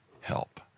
help